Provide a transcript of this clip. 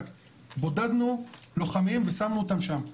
בודדנו לוחמים ושמנו אותם שם.